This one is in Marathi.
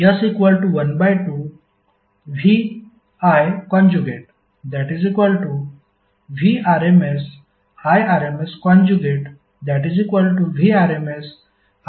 तर आपण कॉम्प्लेक्स पॉवर S कसे लिहावे